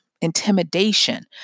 intimidation